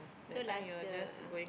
so last year ah